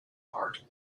art